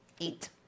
Eight